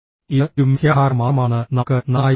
ഇത് ഒരു മിഥ്യാധാരണ മാത്രമാണെന്ന് നമുക്ക് നന്നായി അറിയാം